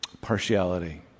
partiality